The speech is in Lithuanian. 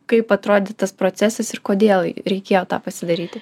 kaip atrodė tas procesas ir kodėl reikėjo tą pasidaryti